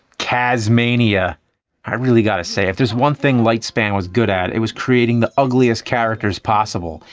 kazmania, i really got to say, if there's one thing lightspan was good at, it was creating the ugliest characters possible.